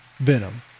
Venom